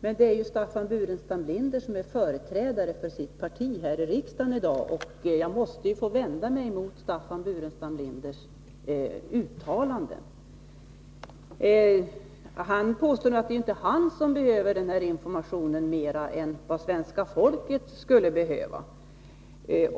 Men Staffan Burenstam Linder är ju företrädare för sitt parti här i riksdagen i dag, och jag måste då få vända mig mot hans uttalanden. Staffan Burenstam Linder påstår att det inte är han som behöver den här informationen utan att det mera är svenska folket som behöver den.